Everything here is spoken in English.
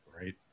right